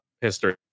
history